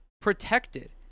protected